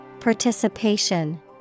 Participation